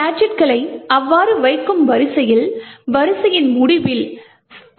கேஜெட்களை அவ்வாறு வைக்கும் வரிசையில் வரிசையின் முடிவில் 10